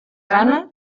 gana